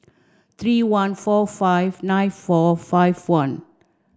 three one four five nine four five one